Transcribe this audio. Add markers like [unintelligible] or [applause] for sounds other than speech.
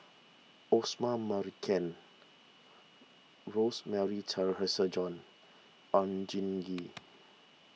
Osman Merican Rosemary [unintelligible] Oon Jin Gee